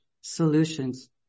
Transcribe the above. solutions